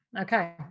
Okay